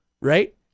right